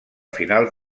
finals